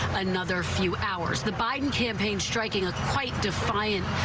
another few hours the biden campaign striking quite defiant.